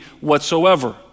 whatsoever